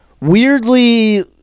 weirdly